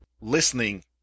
listening